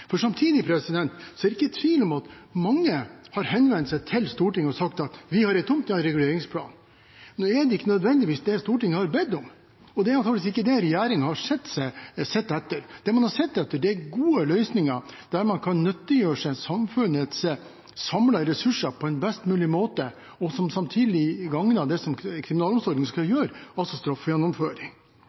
Samtidig er det ikke tvil om at mange har henvendt seg til Stortinget og sagt at de har en tomt, de har en reguleringsplan. Nå er det ikke nødvendigvis det Stortinget har bedt om, og det er antakeligvis ikke det regjeringen har sett etter. Det man har sett etter, er gode løsninger der man kan nyttiggjøre seg samfunnets samlede ressurser på en best mulig måte, og som samtidig gagner det som kriminalomsorgen skal gjøre,